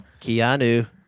Keanu